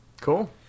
Cool